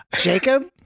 Jacob